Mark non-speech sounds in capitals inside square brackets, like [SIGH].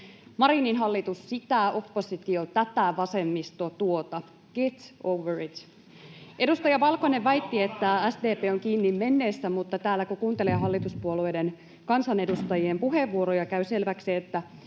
Marinin hallitus sitä, oppositio tätä, vasemmisto tuota — get over it. [LAUGHS] Edustaja Valkonen väitti, että SDP on kiinni menneessä, mutta täällä kun kuuntelee hallituspuolueiden kansanedustajien puheenvuoroja, käy selväksi, että